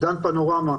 דן פנורמה,